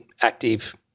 active